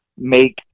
make